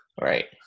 right